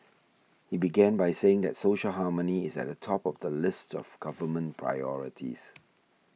he began by saying that social harmony is at the top of the list of government priorities